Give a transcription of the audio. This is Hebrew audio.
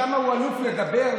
שם הוא אלוף בלדבר,